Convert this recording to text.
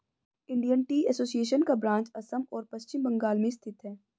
Indian tea association का branch Assam और पश्चिम बंगाल में स्थित है